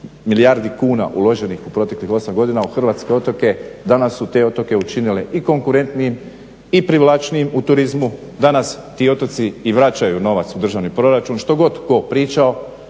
milijardi kuna uloženih u proteklih 8 godina u hrvatske otoke, danas su te otoke učinile i konkurentnijim i privlačnijim u turizmu, danas ti otoci i vraćaju novac u državni proračun što god tko pričao.